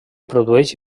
produeix